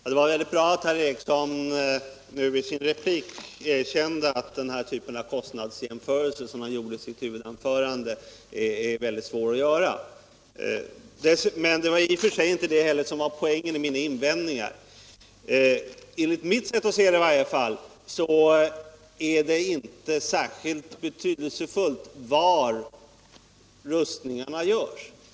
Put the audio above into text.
Herr talman! Det var väldigt bra att herr Ericson i Örebro nu i sin replik erkände att den typ av kostnadsjämförelser som han gjorde i sitt huvudanförande är mycket svår att göra. Det var dessutom inte heller det som var poängen i mina invändningar. Enligt mitt sätt att se är det inte särskilt betydelsefullt var rustningarna sker.